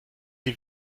die